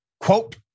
Quote